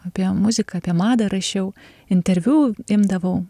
apie muziką apie madą rašiau interviu imdavau